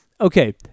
okay